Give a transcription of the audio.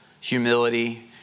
humility